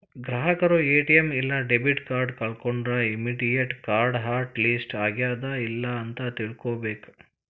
ಗ್ರಾಹಕರು ಎ.ಟಿ.ಎಂ ಇಲ್ಲಾ debit card ಕಳ್ಕೊಂಡ್ರ ಇಮ್ಮಿಡಿಯೇಟ್ ಕಾರ್ಡ್ ಹಾಟ್ ಲಿಸ್ಟ್ ಆಗ್ಯಾದ ಇಲ್ಲ ಅಂತ ತಿಳ್ಕೊಬೇಕ್